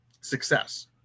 success